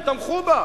הם תמכו בה.